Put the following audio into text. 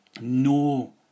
no